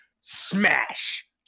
smash